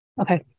Okay